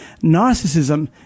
narcissism